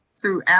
throughout